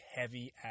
heavy